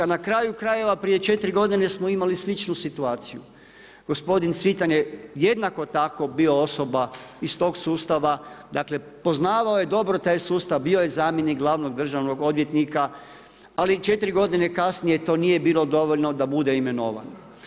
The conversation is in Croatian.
Na kraju krajeva, prije 4 g. smo imali sličnu situaciju, gospodin Cvitan je jednako tako bio osoba iz tog sustava, dakle, poznavao je dobro taj sustav, bio je zamjenik glavnog državnog odvjetnika, ali 4 g. kasnije to nije bilo dovoljno da bude imenovan.